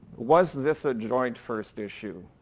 was this a joint first issue?